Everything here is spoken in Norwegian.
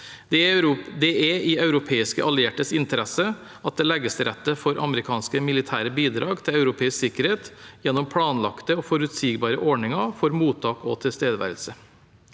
Det er i europeiske alliertes interesse at det legges til rette for amerikanske militære bidrag til europeisk sikkerhet gjennom planlagte og forutsigbare ordninger for mottak og tilstedeværelse.